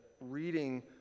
reading